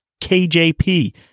KJP